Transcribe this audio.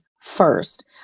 first